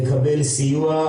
לקבל סיוע,